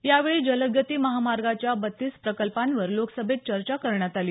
यावेळी जलदगती महामार्गाच्या बत्तीस प्रकल्पांवर लोकसभेत चर्चा करण्यात आली